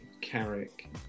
Carrick